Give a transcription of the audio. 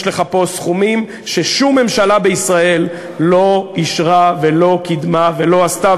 יש לך פה סכומים ששום ממשלה בישראל לא אישרה ולא קידמה ולא עשתה.